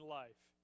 life